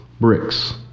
bricks